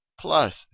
plus